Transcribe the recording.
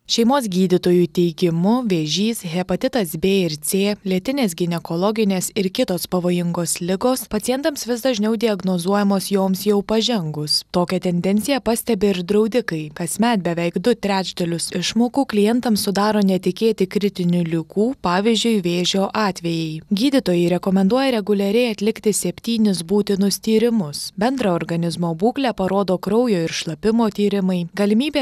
šeimos gydytojų teigimu vėžys hepatitas b ir c lėtinės ginekologinės ir kitos pavojingos ligos pacientams vis dažniau diagnozuojamos joms jau pažengus tokią tendenciją pastebi ir draudikai kasmet beveik du trečdalius išmokų klientams sudaro netikėti kritinių ligų pavyzdžiui vėžio atvejai gydytojai rekomenduoja reguliariai atlikti septynis būtinus tyrimus bendrą organizmo būklę parodo kraujo ir šlapimo tyrimai galimybę